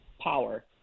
power